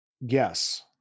Yes